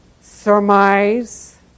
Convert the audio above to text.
surmise